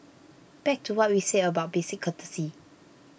back to what we said about basic courtesy